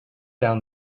down